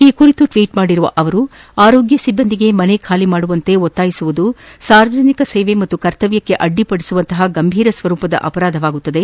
ಈ ಕುರಿತು ಟ್ವೀಟ್ ಮಾಡಿರುವ ಅವರು ಆರೋಗ್ಯ ಸಿಬ್ಬಂದಿಗೆ ಮನೆ ಖಾಲಿ ಮಾಡುವಂತೆ ಒತ್ತಾಯ ಮಾಡುವುದು ಸಾರ್ವಜನಿಕ ಸೇವೆ ಮತ್ತು ಕರ್ತವ್ಯಕ್ಕೆ ಅಡ್ಡಿಪಡಿಸುವಂತಹ ಗಂಭೀರ ಸ್ವರೂಪದ ಅಪರಾಧವಾಗುತ್ತದೆ